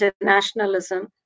internationalism